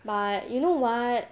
but you know what